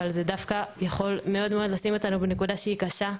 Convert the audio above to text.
אבל זה דווקא יכול מאוד מאוד לשים אותנו בנקודה שהיא קשה,